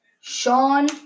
Sean